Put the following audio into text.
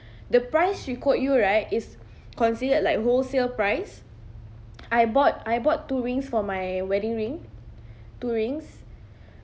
the price she quote you right is considered like wholesale price I bought I bought two rings for my wedding ring two rings